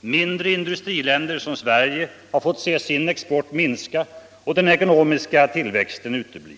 Mindre industriländer, såsom Sverige, har fått se sin export minska och den ekonomiska tillväxten utebli.